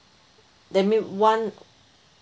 then may one